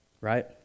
right